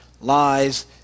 lies